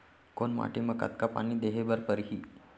कोन माटी म कतका पानी देहे बर परहि?